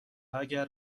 اگر